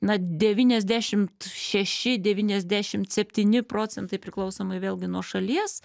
na devyniasdešimt šeši devyniasdešimt septyni procentai priklausomai vėlgi nuo šalies